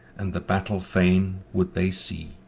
and the battle fain would they see.